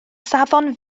safon